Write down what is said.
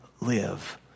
live